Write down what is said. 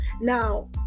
Now